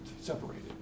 separated